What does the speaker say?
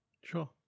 Sure